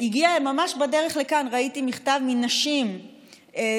וממש בדרך לכאן ראיתי מכתב מנשים שרות,